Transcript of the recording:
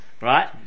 right